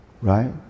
right